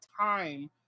time